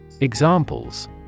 Examples